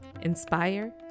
inspire